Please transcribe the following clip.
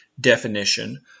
definition